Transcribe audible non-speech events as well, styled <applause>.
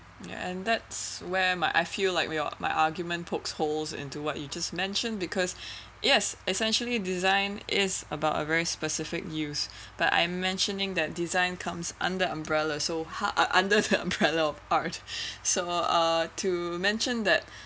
yeah and that's where my I feel like we are my argument poked holes into what you just mentioned because <breath> yes essentially design is about a very specific use but I'm mentioning that design comes under umbrella so how un~ under the umbrella of art <laughs> so uh to mention that